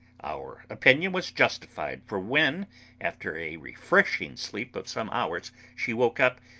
our opinion was justified, for when after a refreshing sleep of some hours she woke up,